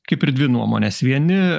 kaip ir dvi nuomonės vieni